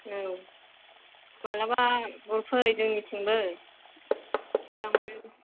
औ माब्लाबा गुरफै जोंनिथिंबो लांफै